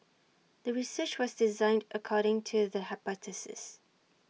the research was designed according to the hypothesis